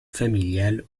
familiales